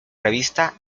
revista